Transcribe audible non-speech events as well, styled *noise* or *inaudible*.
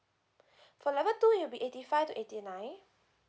*breath* for level two it'll be eighty five to eighty nine